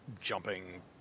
jumping